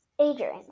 Adrian